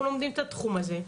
אנחנו לומדים את התחום הזה.